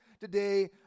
today